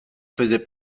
faisait